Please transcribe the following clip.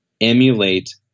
emulate